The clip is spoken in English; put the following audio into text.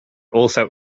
also